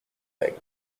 règles